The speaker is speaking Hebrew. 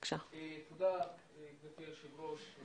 תודה גבירתי היושבת ראש.